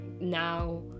now